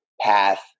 path